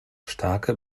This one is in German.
starke